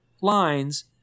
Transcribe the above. lines